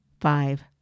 Five